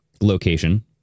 location